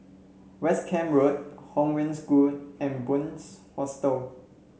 West Camp Road Hong Wen School and Bunc Hostel